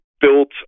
built